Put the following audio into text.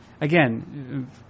again